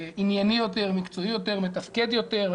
ענייני יותר, מקצועי יותר, מתפקד יותר.